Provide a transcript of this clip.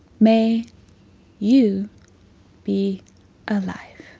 may you be alive